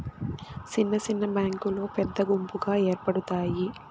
సిన్న సిన్న బ్యాంకులు పెద్ద గుంపుగా ఏర్పడుతాయి